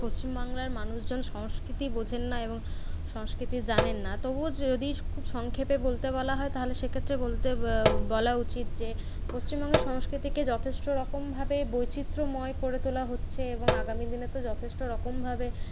পশ্চিমবাংলার মানুষজন সংস্কৃতি বোঝেন না এবং সংস্কৃতি জানেন না তবুও যদি খুব সংক্ষেপে বলতে বলা হয় তাহলে সেক্ষেত্রে বলতে বলা উচিত যে পশ্চিমবঙ্গের সংস্কৃতিকে যথেষ্ট রকমভাবে বৈচিত্র্যময় করে তোলা হচ্ছে এবং আগামী দিনে তো যথেষ্ট রকমভাবে